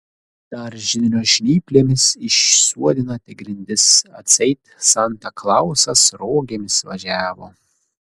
dar židinio žnyplėmis išsuodinate grindis atseit santa klausas rogėmis važiavo